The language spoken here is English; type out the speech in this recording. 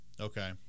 okay